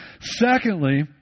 Secondly